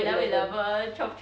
eleven eleven